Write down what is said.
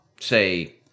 say